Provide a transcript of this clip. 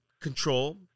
control